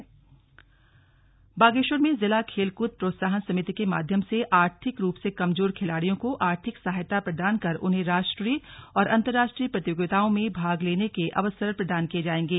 slug बैठक बागेश्वर बागेश्वर में जिला खेलकूल प्रोत्साहन समिति के माध्यम से आर्थिक रूप से कमजोर खिलाड़ियों को आर्थिक सहायता प्रदान कर उन्हें राष्ट्रीय और अंतरराष्ट्रीय प्रतियोगिताओं में भाग लेने के अवसर प्रदान किये जाएंगे